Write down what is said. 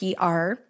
PR